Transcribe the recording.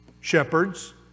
shepherds